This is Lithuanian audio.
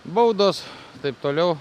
baudos ir taip toliau